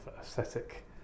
aesthetic